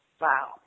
wow